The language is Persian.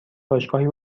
باشگاهی